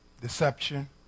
deception